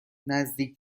نزدیک